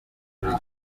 bari